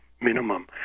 minimum